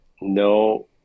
no